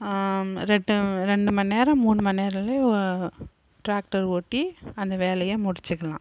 ரெண்டு ரெண்டு மணி நேரம் மூனு மணி நேரம்லே ட்ராக்டர் ஓட்டி அந்த வேலையை முடிச்சிக்கலாம்